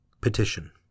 Petition